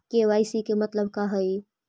KYC के मतलब का हई?